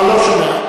הוא לא שומע.